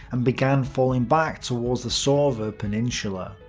and began falling back towards the sorve ah peninsula.